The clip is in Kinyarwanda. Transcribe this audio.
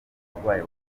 umurwayi